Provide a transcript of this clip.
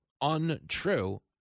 untrue